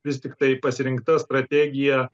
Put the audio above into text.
vis tik tai pasirinkta strategija